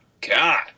God